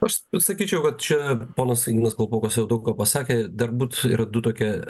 aš sakyčiau kad čia ponas ignas kalpokas jau daug ką pasakė dar būt yra du tokie